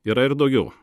yra ir daugiau